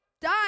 die